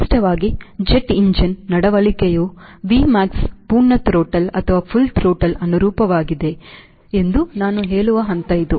ವಿಶಿಷ್ಟವಾಗಿ jet engine ನಡವಳಿಕೆಯು Vmaxಪೂರ್ಣ ಥ್ರೊಟಲ್ಗೆ ಅನುರೂಪವಾಗಿದೆ ಎಂದು ನಾನು ಹೇಳುವ ಹಂತ ಇದು